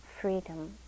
freedom